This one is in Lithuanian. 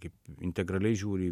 kaip integraliai žiūri